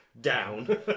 Down